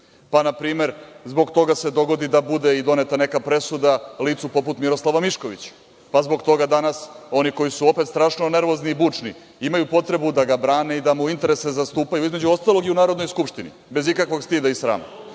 Na primer, zbog toga se dogodi da bude doneta neka presuda licu poput Miroslava Miškovića. Zbog toga danas oni koji su opet strašno nervozni i bučni imaju potrebu da ga brane i da mu zastupaju interese, između ostalog i u Narodnoj skupštini, bez ikakvog stida i srama.